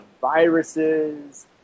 viruses